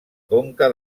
conca